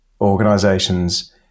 organizations